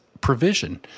provision